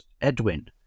Edwin